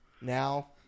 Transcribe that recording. Now